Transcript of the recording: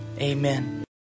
amen